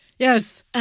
Yes